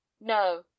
no